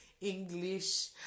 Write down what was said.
English